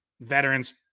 veterans